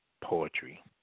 Poetry